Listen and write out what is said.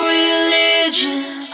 religion